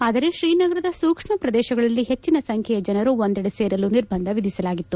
ಆದರೆ ಶ್ರೀನಗರದ ಸೂಕ್ಷ್ಮ ಪ್ರದೇಶಗಳಲ್ಲಿ ಹೆಚ್ಚಿನ ಸಂಖ್ಯೆಯ ಜನರು ಒಂದೆಡೆ ಸೇರಲು ನಿರ್ಬಂಧ ವಿಧಿಸಲಾಗಿತ್ತು